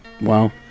Wow